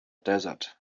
desert